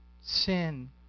sin